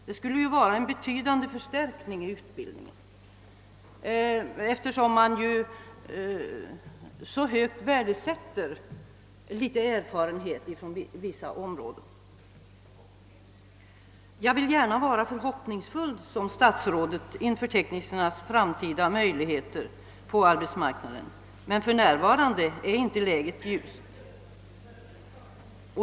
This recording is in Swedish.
Det skulle innebära en betydande förstärkning av utbildningen, eftersom erfarenhet nu värdesättes så högt. Jag vill gärna vara lika förhoppningsfull som statsrådet beträffande teknikernas framtida möjligheter på arbetsmarknaden, men för närvarande är läget inte ljust.